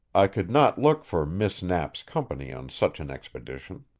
i could not look for miss knapp's company on such an expedition.